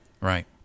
Right